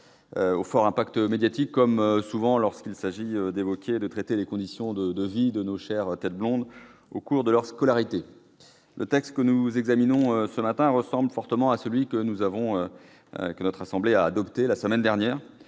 au fort impact médiatique-commesouvent lorsqu'il s'agit de traiter des conditions de vie de nos chères têtes blondes au cours de leur scolarité ! Le texte que nous examinons ce matin ressemble fortement à celui que notre assemblée a adopté la semaine dernière,